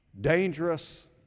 dangerous